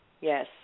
yes